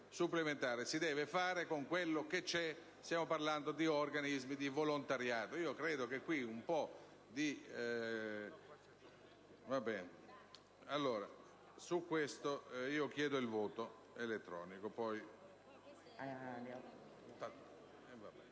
si deve fare con quello che c'è. Ricordo che stiamo parlando di organismi di volontariato.